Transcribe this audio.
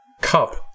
cup